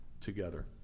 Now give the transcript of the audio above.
together